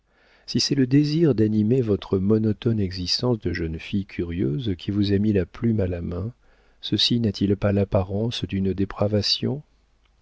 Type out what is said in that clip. si c'est le désir d'animer votre monotone existence de jeune fille curieuse qui vous a mis la plume à la main ceci n'a-t-il pas l'apparence d'une dépravation